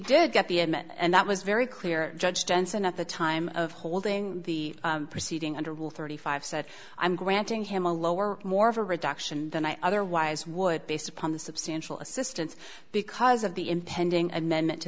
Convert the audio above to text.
did get the image and that was very clear judge johnson at the time of holding the proceeding under rule thirty five said i'm granting him a lower more of a reduction than i otherwise would based upon the substantial assistance because of the impending amendment to